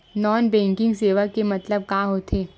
Non banking सेवा के मतलब का होथे?